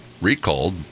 recalled